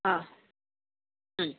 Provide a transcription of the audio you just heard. ആ മ്മ്